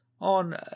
on